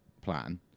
plan